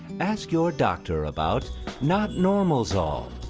ask your doctor about not normal zoll.